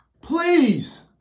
Please